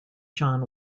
john